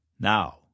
Now